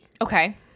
Okay